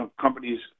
companies